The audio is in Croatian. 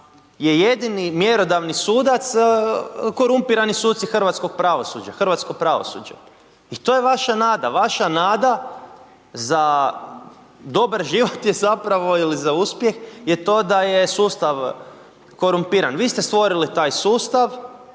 je jedini mjerodavni sudac korumpirani suci hrvatskog pravosuđa, hrvatsko pravosuđe i to je vaša nada, vaša nada za dobar život je zapravo ili za uspjeh je to da je sustav korumpiran. Vi ste stvorili taj sustav,